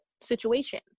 situation